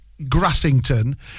Grassington